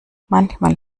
manchmal